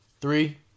Three